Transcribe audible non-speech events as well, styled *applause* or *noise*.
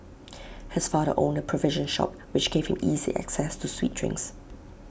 *noise* his father owned A provision shop which gave him easy access to sweet drinks